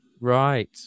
Right